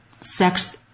sex